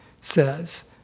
says